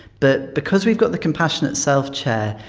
but because we've got the compassionate self chair,